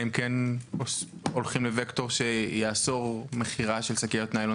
אם כן הולכים לווקטור שיאסור מכירה של שקיות נילון